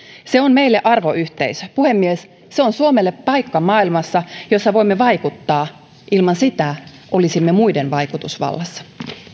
se on meille arvoyhteisö puhemies se on suomelle paikka maailmassa jossa voimme vaikuttaa ilman sitä olisimme muiden vaikutusvallassa